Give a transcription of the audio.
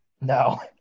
No